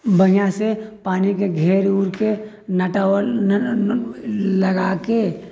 बढ़िआँ से पानिके घेर ओरके नटाओल लगाके